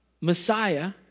Messiah